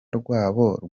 rwabo